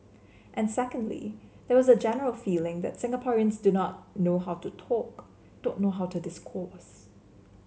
and secondly there was a general feeling that Singaporeans do not know how to talk don't know how to discourse